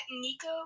nico